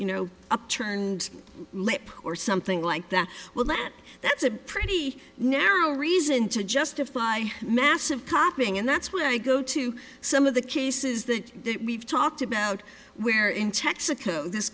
you know upturned lip or something like that well that that's a pretty narrow reason to justify massive copying and that's why i go to some of the cases that we've talked about where in texaco this